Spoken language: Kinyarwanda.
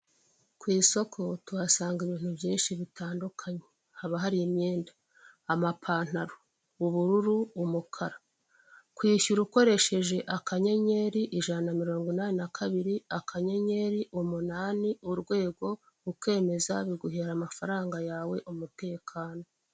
Ku isoko tuhasanga ibintu byinshi bitandukanye, haba hari imyenda, amapantaro, ubururu umukara. Kwishyura ukoresheje, akanyenyeri ijana na mirongo inani na kabiri akanyenyeri, umunani, urwego ukemeza, biguhera amafaranga yawe umutekano.